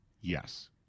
Yes